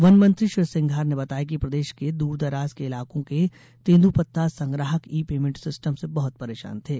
one मंत्री श्री सिंघार ने बताया कि प्रदेश के दूर दराज के इलाकों के तेंदूपत्ता संग्राहक ई पेंमेंट सिस्टम से बहुत परेशान थे